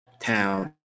town